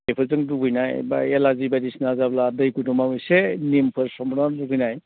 बेफोरजों दुगैनाय बा एलार्जि बायदिसिना जाब्ला दै गुदुङाव एसे निमफोर सोमब्र'ना दुगैनाय